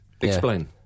Explain